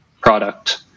product